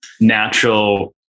natural